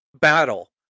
battle